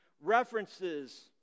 references